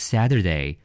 Saturday